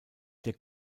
der